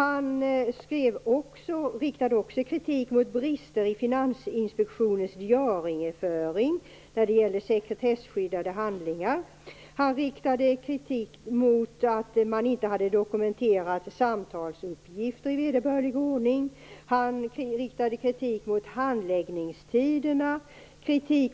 JK riktade också kritik mot brister i Finansinspektionens diarieföring när det gäller sekretesskyddade handlingar. Vidare riktade han kritik mot att man inte hade dokumenterat samtalsuppgifter i vederbörlig ordning. Han riktade dessutom kritik mot handläggningstiderna,